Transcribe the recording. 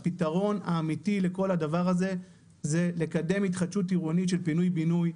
הפתרון האמיתי לכל הדבר הזה זה לקדם התחדשות עירונית של פינוי-בינוי,